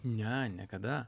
ne niekada